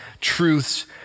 truths